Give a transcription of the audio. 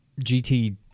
GT